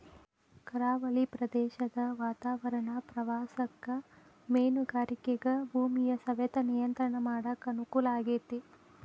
ಕರಾವಳಿ ಪ್ರದೇಶದ ವಾತಾವರಣ ಪ್ರವಾಸಕ್ಕ ಮೇನುಗಾರಿಕೆಗ ಭೂಮಿಯ ಸವೆತ ನಿಯಂತ್ರಣ ಮಾಡಕ್ ಅನುಕೂಲ ಆಗೇತಿ